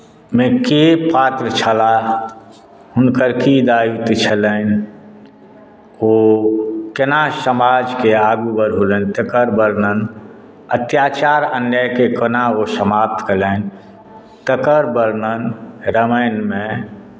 मे के पात्र छलाह हुनकर की दायित्व छलनि ओ केना समाजके आगू बढ़ौलनि तकर वर्णन अत्याचार अन्यायकेँ कोना ओ समाप्त कयलनि तकर वर्णन रामायणमे